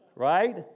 right